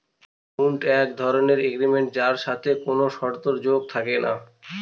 হুন্ড এক ধরনের এগ্রিমেন্ট যার সাথে কোনো শর্ত যোগ থাকে না